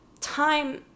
time